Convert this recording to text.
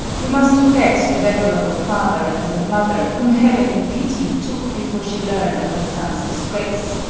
we must forget the venerable father and the mother whom heaven in pity took before she learned of her son's disgrace.